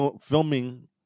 filming